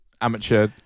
amateur